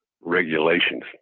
regulations